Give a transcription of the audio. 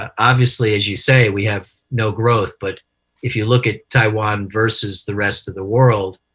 obviously, as you say, we have no growth, but if you look at taiwan versus the rest of the world,